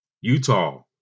Utah